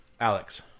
Alex